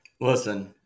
Listen